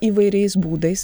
įvairiais būdais